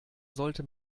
sollte